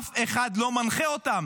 אף אחד לא מנחה אותם.